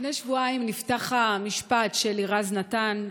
לפני שבועיים נפתח המשפט של לירז נתן,